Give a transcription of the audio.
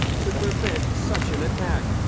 to prevent such an attack.